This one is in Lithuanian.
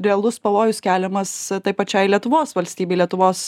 realus pavojus keliamas tai pačiai lietuvos valstybei lietuvos